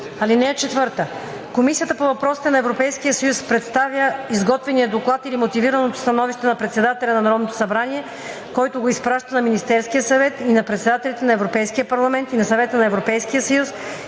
становище. (4) Комисията по въпросите на Европейския съюз представя изготвения доклад или мотивираното становище на председателя на Народното събрание, който го изпраща на Министерския съвет и на председателите на Европейския парламент, на Съвета на Европейския съюз